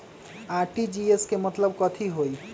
RTGS के मतलब कथी होइ?